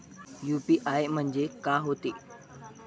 UPI म्हणजे का होते?